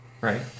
Right